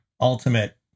ultimate